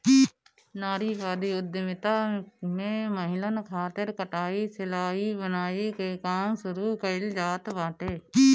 नारीवादी उद्यमिता में महिलन खातिर कटाई, सिलाई, बुनाई के काम शुरू कईल जात बाटे